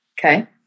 Okay